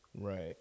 right